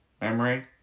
Memory